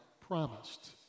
promised